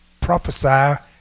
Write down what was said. Prophesy